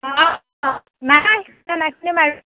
অঁ নাই